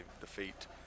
defeat